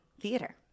theater